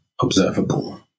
observable